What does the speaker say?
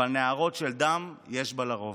אבל נהרות של דם יש בה לרוב.